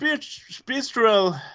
spiritual